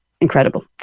incredible